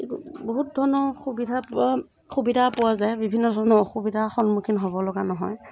একো বহুত ধৰণৰ সুবিধা বা সুবিধা পোৱা যায় বিভিন্ন ধৰণৰ অসুবিধাৰ সন্মুখীন হ'বলগা নহয়